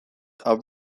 are